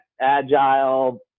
agile